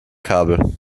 kabel